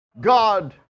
God